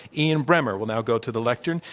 ian bremmer will now go to the lectern.